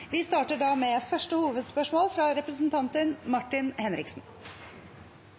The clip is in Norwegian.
Vi starter med første hovedspørsmål, fra representanten Martin Henriksen.